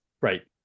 right